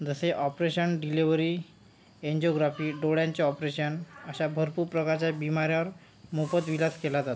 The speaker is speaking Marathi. जसे ऑपरेशन डिलेवरी एंजिओग्राफी डोळ्यांचे ऑपरेशन अशा भरपूर प्रकारच्या बीमाऱ्यावर मोफत इलाज केला जातो